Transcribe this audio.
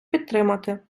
підтримати